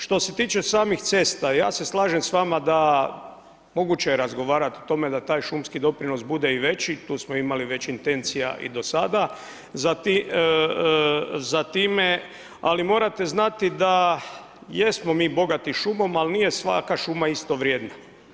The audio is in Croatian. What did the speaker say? Što se tiče samih cesta, ja se slažem s vama da moguće je razgovarati o tome da taj šumski doprinos bude i veći, tu smo imali već intencija i do sada za time ali morate znati da jesmo mi bogati šumom, ali nije svaka šuma isto vrijedna.